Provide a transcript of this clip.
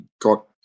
got